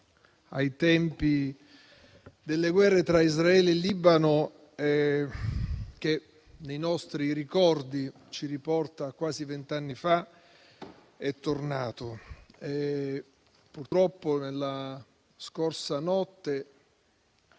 ai tempi delle guerre tra Israele e Libano, che nei nostri ricordi ci riporta a quasi vent'anni fa, è tornato. Purtroppo nella scorsa notte